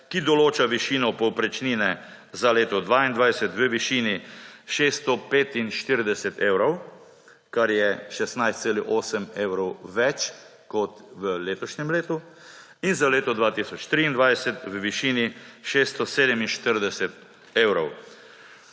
ki določa višino povprečnine za leto 2022 v višini 645 evrov, kar je 16,8 evra več kot v letošnjem letu, in za leto 2023 v višini 647 evrov.